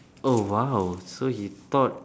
oh !wow! so he thought